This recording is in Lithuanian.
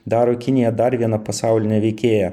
daro kiniją dar viena pasauline veikėja